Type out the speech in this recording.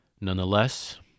Nonetheless